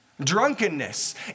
Drunkenness